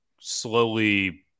slowly